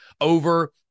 over